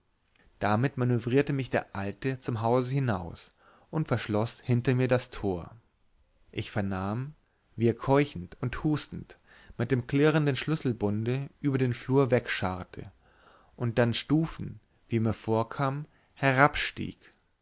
damit manövrierte mich der alte zum hause hinaus und verschloß hinter mir das tor ich vernahm wie er keuchend und hustend mit dem klirrenden schlüsselbunde über den flur wegscharrte und dann stufen wie mir vorkam